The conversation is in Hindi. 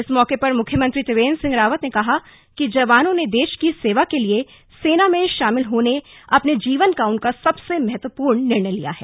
इस मौके पर मुख्यमंत्री त्रिवेंद्र सिंह रावत ने कहा कि जवानों ने देश की सेवा के लिए सेना में शामिल होकर अपने जीवन का महत्वपूर्ण निर्णय लिया है